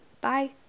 Bye